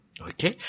Okay